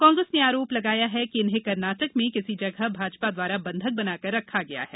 कांग्रेस ने आरोप लगाया है कि इन्हें कर्नाटक में किसी जगह भाजपा द्वारा बंधक बनाकर रखा गया है